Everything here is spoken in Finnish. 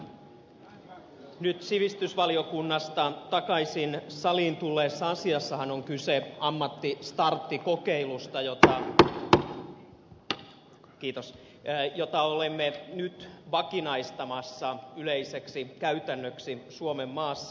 tässä nyt sivistysvaliokunnasta takaisin saliin tulleessa asiassahan on kyse ammattistarttikokeilusta jota kiitos olemme nyt vakinaistamassa yleiseksi käytännöksi suomenmaassa